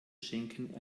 schenken